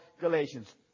Galatians